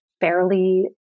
fairly